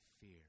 fear